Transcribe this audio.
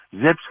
zips